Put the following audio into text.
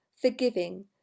forgiving